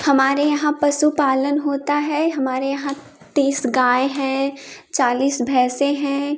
हमारे यहाँ पशुपालन होता है हमारे यहाँ तीस गाय हैं चालीस भैंसे हैं